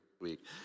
week